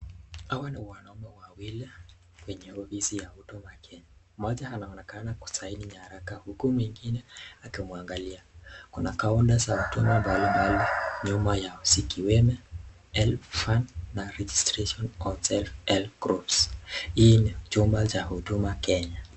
Hawa ni wanaume wawili kwenye ofisi ya Huduma Kenya. Moja anaonekana kusahihi nyaraka huku mwingine akimwangalia kuna counter za huduma mbalimbali huko nyuma yao zikiwemo helb fund na registration self help groups ii ni chumba cha Huduma Kenya.